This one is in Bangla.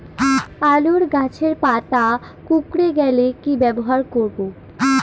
আলুর গাছের পাতা কুকরে গেলে কি ব্যবহার করব?